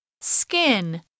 Skin